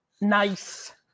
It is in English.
nice